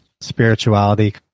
spirituality